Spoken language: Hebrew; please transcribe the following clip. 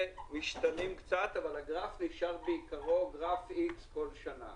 משתנים קצת אבל הגרף בעיקרו נשאר גרף איקס כל שנה.